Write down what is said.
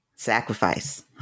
sacrifice